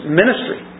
ministry